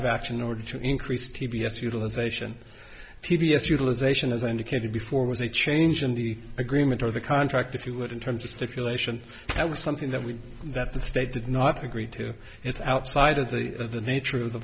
of action in order to increase t b s utilization p b s utilization as i indicated before was a change in the agreement or the contract if you would in terms of stipulation that was something that we that the state did not agree to it's outside of the of the nature of the